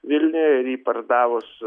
vilniuje ir jį pardavus